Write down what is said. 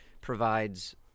provides